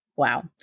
Wow